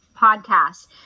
podcast